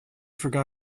forgot